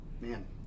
Man